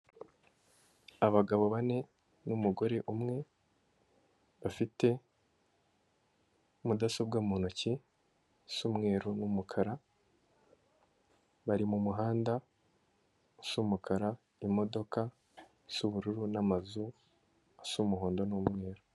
Abagabo bane n'umugore umwe bafite mudasobwa mu ntoki zisa umweru n'umukara, bari mu muhanda usa umukara, imodoka isa ubururu n'amazu asa umuhondo n'umweru.